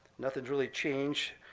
nothing's really changed.